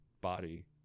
body